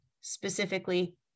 specifically